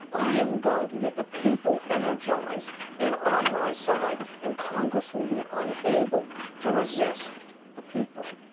i am going to get the people energized and on my side. and congress will be unable to resist the people.